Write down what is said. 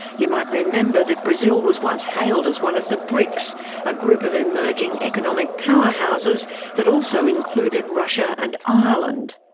you might remember that brazil was once hailed as one of the briics, a group of emerging economic powerhouses that also included russia and india. and